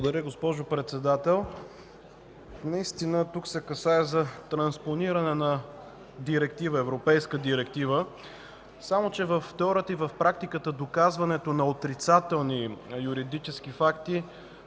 Благодаря, госпожо Председател.